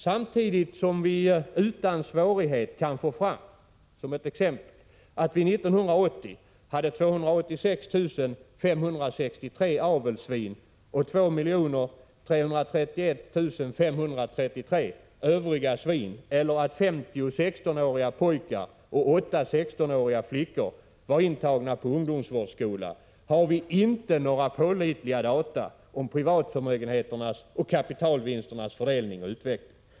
Samtidigt som vi utan svårighet kan få fram att vi 1980 hade 286 563 avelssvin och 2 331 533 övriga svin eller att 50 16-åriga pojkar och 8 16-åriga flickor var intagna på ungdomsvårdsskola, har vi inte några pålitliga data om privatförmögenheternas och kapitalvinsternas fördelning och utveckling.